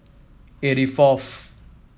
eighty fourth